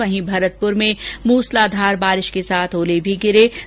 वहीं भरतपुर में मूसलाधार बारिश के साथ ओले भी गिरेक